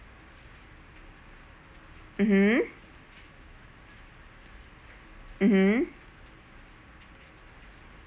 mmhmm mmhmm